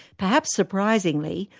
perhaps surprisingly,